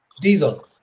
diesel